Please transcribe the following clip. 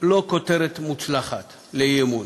לא כותרת מוצלחת לאי-אמון.